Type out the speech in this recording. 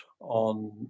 on